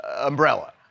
Umbrella